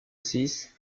six